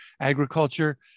agriculture